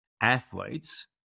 athletes